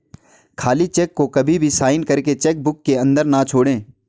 खाली चेक को कभी भी साइन करके चेक बुक के अंदर न छोड़े